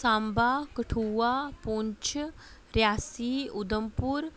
Samba Kathua Poonch Reasi Udhampur